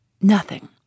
Nothing